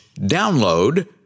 download